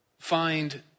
find